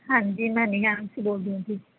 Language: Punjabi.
ਹਾਂਜੀ ਮੈਂ ਨੇਹਾ ਐਮ ਸੀ ਬੋਲਦੀ ਹਾਂ ਜੀ